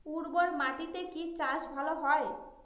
উর্বর মাটিতে কি চাষ ভালো হয়?